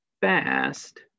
fast